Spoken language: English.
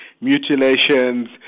mutilations